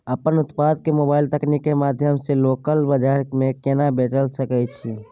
अपन उत्पाद के मोबाइल तकनीक के माध्यम से लोकल बाजार में केना बेच सकै छी?